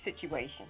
situation